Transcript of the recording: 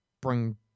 bring